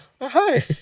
hi